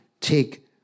take